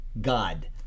God